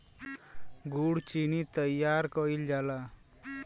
गुड़ चीनी तइयार कइल जाला